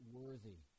worthy